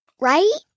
right